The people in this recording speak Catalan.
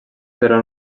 però